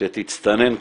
שתצטנן קצת.